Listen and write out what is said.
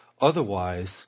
Otherwise